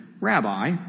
Rabbi